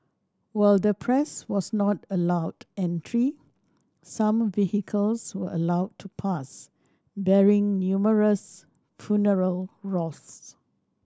while the press was not allowed entry some vehicles were allowed to pass bearing numerous funeral wreaths